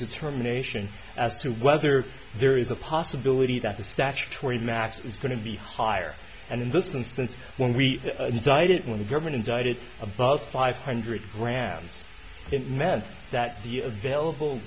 determination as to whether there is a possibility that the statutory max is going to be higher and in this instance when we designed it when the government indicted about five hundred grams it meant that the available